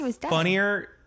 funnier